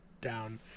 down